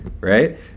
right